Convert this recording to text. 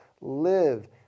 live